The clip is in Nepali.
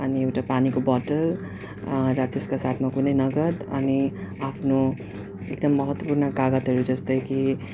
अनि एउटा पानीको बटल र त्यसका साथमा कुनै नगद अनि आफ्नो एकदम महत्त्वपूर्ण कागतहरू जस्तै कि